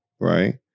right